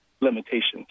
limitations